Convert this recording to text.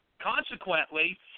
consequently